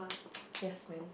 yes man